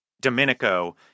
Domenico